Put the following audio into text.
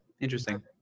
interesting